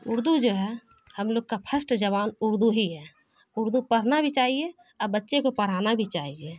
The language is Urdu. اردو جو ہے ہم لوگ کا فرسٹ زبان اردو ہی ہے اردو پڑھنا بھی چاہیے اور بچے کو پڑھانا بھی چاہیے